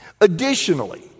Additionally